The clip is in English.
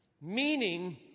Meaning